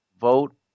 vote